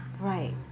Right